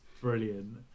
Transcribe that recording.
brilliant